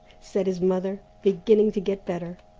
said his mother, beginning to get better.